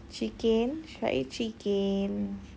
chicken should I eat chicken